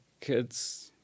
kids—